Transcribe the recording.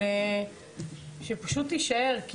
אבל שפשוט תישאר.